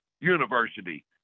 University